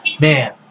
man